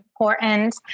important